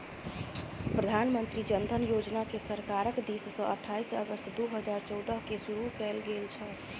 प्रधानमंत्री जन धन योजनाकेँ सरकारक दिससँ अट्ठाईस अगस्त दू हजार चौदहकेँ शुरू कैल गेल छल